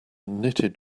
knitted